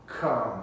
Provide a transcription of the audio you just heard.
come